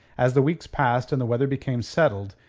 as the weeks passed and the weather became settled,